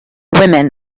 women